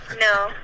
No